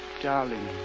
Darling